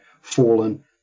fallen